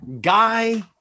Guy